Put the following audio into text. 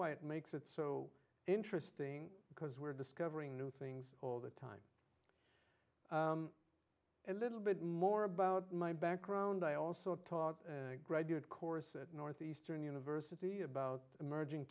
why it makes it so interesting because we're discovering new things all the time a little bit more about my background i also talk graduate courses at northeastern university about emerging